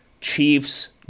Chiefs